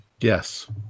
Yes